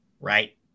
right